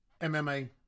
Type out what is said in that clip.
MMA